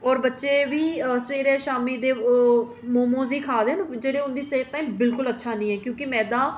और बच्चे बी सवेरे शामीं दे मोमोज ई खा दे न जेह्ड़े उं'दी सेह्त लेई बिल्कुल अच्छा निं ऐ क्योंकि मैदा